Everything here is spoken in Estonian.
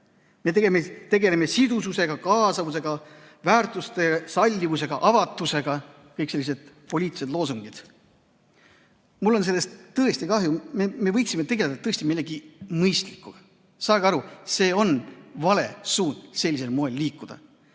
Me tegeleme sidususega, kaasamisega, väärtustega, sallivusega, avatusega – need on kõik sellised poliitilised loosungid. Mul on sellest tõesti kahju, me võiksime tegeleda millegi mõistlikuga. Saage aru, on vale suund sellisel moel liikuda.